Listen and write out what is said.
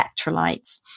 electrolytes